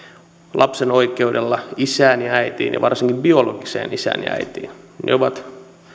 lapsen oikeudella isään ja äitiin ja varsinkin biologiseen isään ja äitiin ovat